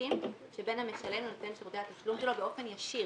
ביחסים שבין המשלם ובין נותן שירותי התשלום באופן ישיר,